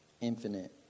infinite